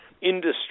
industry